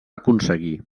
aconseguir